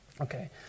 Okay